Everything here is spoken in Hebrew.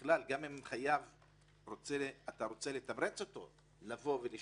גם אם אתה רוצה לתמרץ חייב לבוא ולשלם,